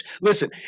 listen